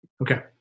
Okay